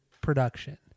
production